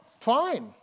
fine